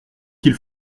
qu’il